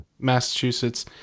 massachusetts